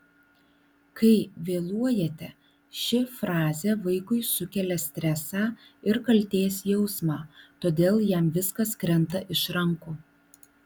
kai vėluojate ši frazė vaikui sukelia stresą ir kaltės jausmą todėl jam viskas krenta iš rankų